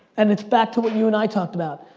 and it's back to what you and i talked about.